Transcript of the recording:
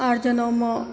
आओर जनउमे